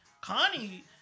Connie